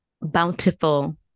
bountiful